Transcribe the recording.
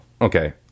okay